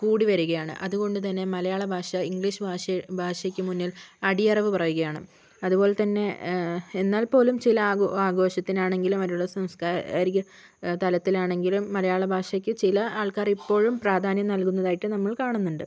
കൂടി വരികയാണ് അതുകൊണ്ട് തന്നെ മലയാള ഭാഷ ഇംഗ്ലീഷ് ഭാഷ ഭാഷക്ക് മുന്നിൽ അടിയറവു പറയുകയാണ് അതുപോലെതന്നെ എന്നാൽപോലും ചില ആഘോ ആഘോഷത്തിനാണെങ്കിലും അവരുടെ സാംസ്ക്കാരിക തലത്തിലാണെങ്കിലും മലയാള ഭാഷക്ക് ചില ആൾക്കാർ ഇപ്പോഴും പ്രാധാന്യം നല്കുന്നതായിട്ട് നമ്മൾ കാണുന്നുണ്ട്